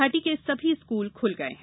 घाटी के सभी स्कूल खुल गए हैं